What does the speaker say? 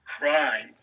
crime